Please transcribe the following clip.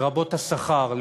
לרבות השכר,